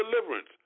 deliverance